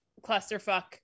clusterfuck